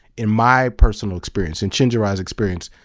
in my personal experience, in chenjerai's experience,